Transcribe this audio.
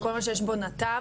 שכל מה שיש בו נתב,